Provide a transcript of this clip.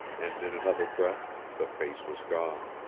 and in another breath the face was gone.